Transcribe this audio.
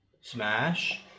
Smash